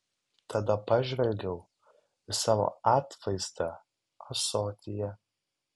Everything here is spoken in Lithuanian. tada pažvelgiau į savo atvaizdą ąsotyje